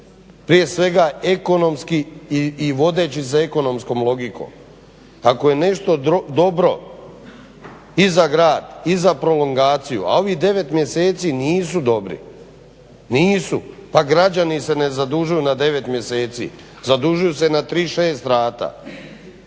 prije svega ekonomski i vodeći se ekonomskom logikom. Ako je nešto dobro i za grad i za prolongaciju, a ovih 9 mjeseci nisu dobri, pa građani se ne zadužuju na 9 mjeseci, zadužuju se na 36 rata.